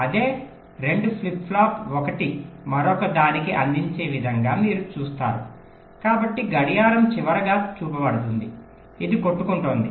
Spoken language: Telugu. అదే 2 ఫ్లిప్ ఫ్లాప్ ఒకటి మరొక దానికి అందించే విధంగా మీరు చూస్తారు కాబట్టి గడియారం చివరిగా చూపబడుతుంది ఇది కొట్టుకుంటోంది